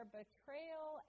betrayal